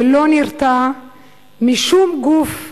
ולא נרתע משום גוף,